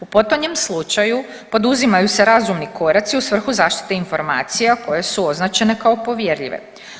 U potonjem slučaju poduzimaju se razumni koraci u svrhu zaštite informacija koje su označene kao povjerljive.